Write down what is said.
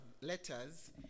letters